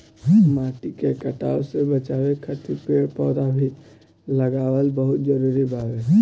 माटी के कटाव से बाचावे खातिर पेड़ पौधा भी लगावल बहुत जरुरी बावे